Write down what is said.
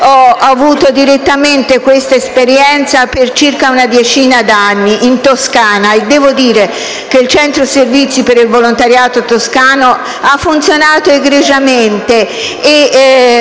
avuto direttamente questa esperienza per circa una decina d'anni in Toscana, e devo dire che il centro servizi per il volontariato toscano ha funzionato egregiamente,